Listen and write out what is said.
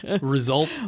result